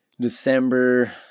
December